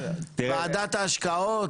ועדת ההשקעות.